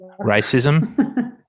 racism